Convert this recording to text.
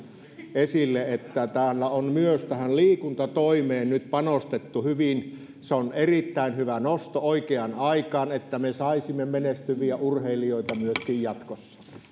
esille että täällä on myös liikuntatoimeen nyt panostettu hyvin se on erittäin hyvä nosto oikeaan aikaan niin että me saisimme menestyviä urheilijoita myöskin jatkossa